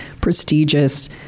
prestigious